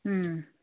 ಹ್ಞೂ